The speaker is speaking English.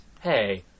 Hey